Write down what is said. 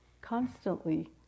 constantly